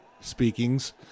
speakings